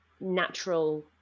natural